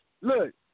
Look